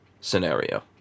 scenario